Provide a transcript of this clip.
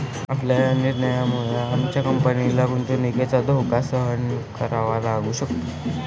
आपल्या या निर्णयामुळे आमच्या कंपनीला गुंतवणुकीचा धोका सहन करावा लागू शकतो